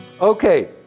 Okay